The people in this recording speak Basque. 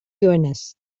duenez